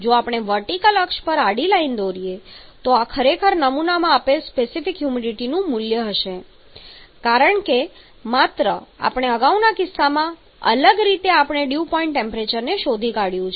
જો આપણે વર્ટિકલ અક્ષ પર આડી લાઈન દોરીએ તો આ ખરેખર નમૂનામાં આપેલ સ્પેસિફિક હ્યુમિડિટીનું મૂલ્ય હશે કારણ કે માત્ર આપણે અગાઉના કિસ્સામાં અલગ રીતે આપણે ડ્યૂ પોઇન્ટ ટેમ્પરેચરને શોધી કાઢ્યું છે